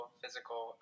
physical